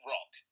Rock